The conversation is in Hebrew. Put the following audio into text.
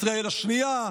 ישראל השנייה,